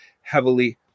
heavily